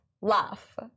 laugh